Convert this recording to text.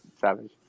savage